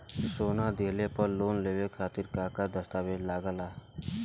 सोना दिहले पर लोन लेवे खातिर का का दस्तावेज लागा ता?